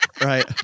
Right